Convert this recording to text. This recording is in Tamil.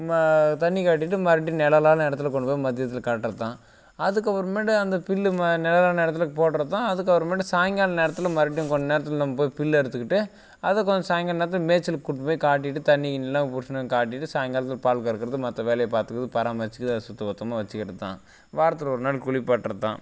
ம தண்ணிக் காட்டிவிட்டு மறுபடியும் நிழலான இடத்துல கொண்டுப் போய் மதியத்தில் கட்டுறது தான் அதுக்கப்பறமேட்டு அந்த பில்லு ம நிழலான இடத்துல போட்டுறது தான் அதுக்கப்பறமேட்டு சாய்ங்காலம் நேரத்தில் மறுபடியும் கொஞ்ச நேரத்தில் நம்ம போய் பில்லு அறுத்துக்கிட்டு அதை கொஞ்சம் சாய்ந்தர நேரத்தில் மேச்சலுக்கு கூட்டிகிட்டுப் போயி காட்டிகிட்டு தண்ணி கிண்ணிலாம் பிடிச்சின்னு வந்து காட்டிவிட்டு சாய்ங்காலத்தில் பால் கறக்கறது மற்ற வேலையை பார்த்துக்கறது பராமரிச்சு அதை சுத்த பத்தமாக வச்சுக்கறது தான் வாரத்தில் ஒரு நாள் குளிப்பாட்டுறது தான்